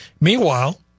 Meanwhile